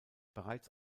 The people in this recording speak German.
bereits